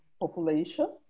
population